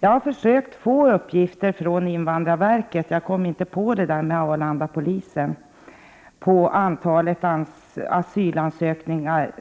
Jag har försökt få uppgifter från invandrarverket — jag kom inte på det där med Arlandapolisen —- om antalet asylansökningar